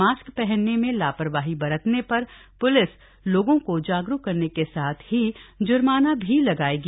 mask पहनने में लापरवाही बरतने पर प्लिस लोगों को जागरूक करने के साथ ही जुर्माना भी लगाएगी